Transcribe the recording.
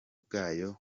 bwayo